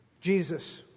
Jesus